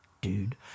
dude